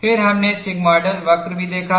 फिर हमने सिग्मायोडल वक्र भी देखा